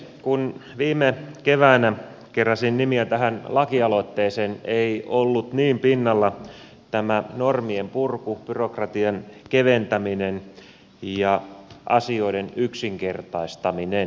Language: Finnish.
kun viime keväänä keräsin nimiä tähän lakialoitteeseen ei ollut niin pinnalla tämä normien purku byrokratian keventäminen ja asioiden yksinkertaistaminen